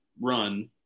run